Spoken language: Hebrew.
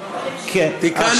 לעזור לך טיפה.